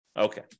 Okay